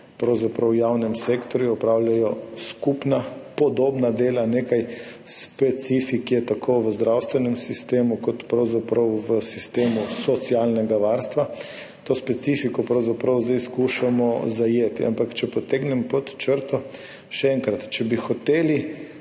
v celotnem javnem sektorju opravljajo skupna, podobna dela. Nekaj specifik je tako v zdravstvenem sistemu kot pravzaprav v sistemu socialnega varstva. To specifiko pravzaprav zdaj skušamo zajeti. Ampak če potegnem pod črto, še enkrat, če bi hoteli